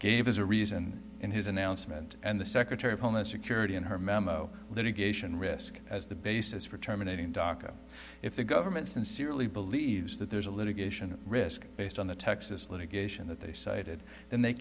gave us a reason in his announcement and the secretary of homeland security in her memo litigation risk as the basis for terminating daca if the government sincerely believes that there's a litigation risk based on the texas litigation that they cited then they